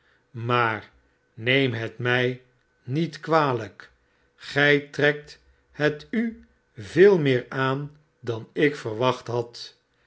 maar neem het mij niet kwalijk gij trekt het u veel meer aan dan ik verwacht had